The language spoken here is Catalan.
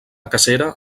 cacera